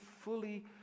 fully